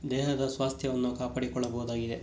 ದೇಹದ ಸ್ವಾಸ್ಥ್ಯವನ್ನು ಕಾಪಾಡಿಕೊಳ್ಳಬೋದಾಗಿದೆ